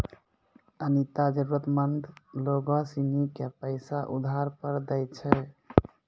अनीता जरूरतमंद लोग सिनी के पैसा उधार पर दैय छै